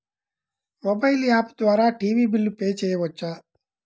Mobile app ద్వారా TV bill pay చేయవచ్చా?